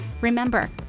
remember